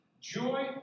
joy